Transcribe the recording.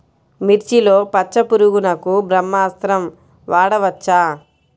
మిర్చిలో పచ్చ పురుగునకు బ్రహ్మాస్త్రం వాడవచ్చా?